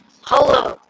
hello